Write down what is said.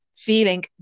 feeling